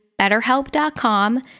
betterhelp.com